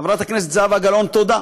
חברת הכנסת זהבה גלאון: תודה,